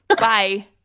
bye